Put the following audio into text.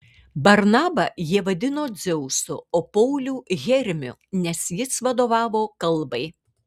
barnabą jie vadino dzeusu o paulių hermiu nes jis vadovavo kalbai